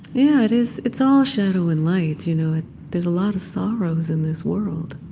yeah, but it's it's all shadow and light. you know there's a lot of sorrows in this world.